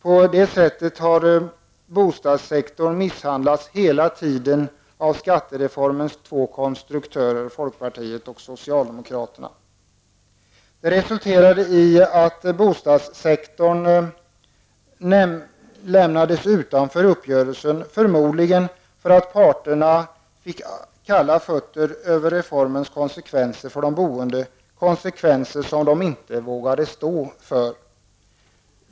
På det sättet har bostadssektorn misshandlats hela tiden av skattereformens två konstruktörer, folkpartiet och socialdemokraterna. Det resulterade i att bostadssektorn lämnades utanför uppgörelsen, förmodligen för att parterna fick kalla fötter över reformens konsekvenser för de boende, konsekvenser som de inte vågade stå för.